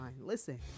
listen